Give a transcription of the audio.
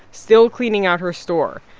still cleaning out her store,